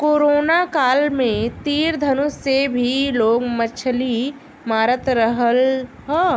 corona काल में तीर धनुष से भी लोग मछली मारत रहल हा